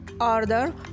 order